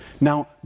Now